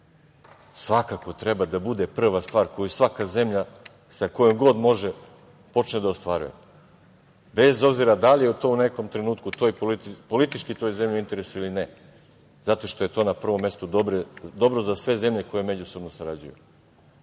svakako treba da bude prva stvar koju svaka zemlja sa kojom god može počne da ostvaruje, bez obzira da li je u nekom trenutku politički toj zemlji interes ili ne. To je na prvom mestu dobro za sve zemlje koje međusobno sarađuju. Isto